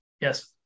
Yes